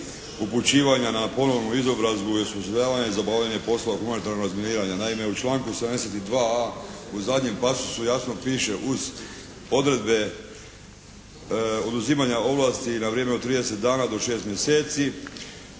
upućivanja na ponovnu izobrazbu i osiguravanje za obavljanje poslova humanitarnog razminiranja. Naime, u članku 72a. u zadnjem pasosu jasno piše uz odredbe oduzimanja ovlasti na vrijeme od 30 dana do 6 mjeseci